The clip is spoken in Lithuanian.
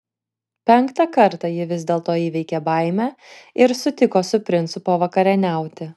penktą kartą ji vis dėlto įveikė baimę ir sutiko su princu pavakarieniauti